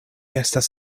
estas